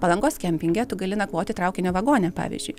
palangos kempinge tu gali nakvoti traukinio vagone pavyzdžiui